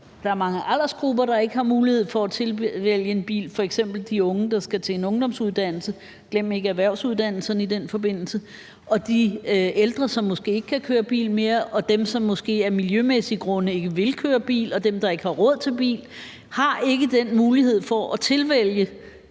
der er mange aldersgrupper, der ikke har mulighed for at tilvælge en bil, f.eks. de unge, der skal til en ungdomsuddannelse – glem ikke erhvervsuddannelserne i den forbindelse – og de ældre, som måske ikke kan køre bil mere, og dem, som måske af miljømæssige grunde ikke vil køre bil, og dem, der ikke har råd til bil, og derfor ikke har den mulighed for at tilvælge